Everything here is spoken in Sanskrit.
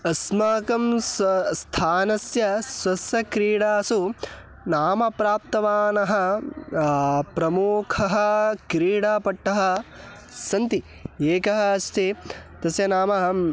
अस्माकं स स्थानस्य स्वस्य क्रीडासु नाम प्राप्तवान् प्रमुखः क्रीडापटुः सन्ति एकः अस्ति तस्य नाम अहं